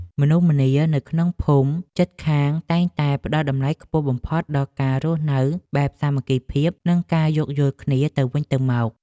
មនុស្សម្នានៅក្នុងភូមិជិតខាងតែងតែផ្ដល់តម្លៃខ្ពស់បំផុតដល់ការរស់នៅបែបសាមគ្គីភាព និងការយោគយល់គ្នាទៅវិញទៅមក។